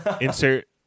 Insert